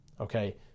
Okay